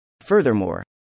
Furthermore